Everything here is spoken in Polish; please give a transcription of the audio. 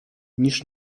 niż